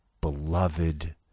beloved